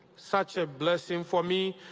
such a blessing for me,